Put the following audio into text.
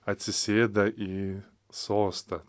atsisėda į sostą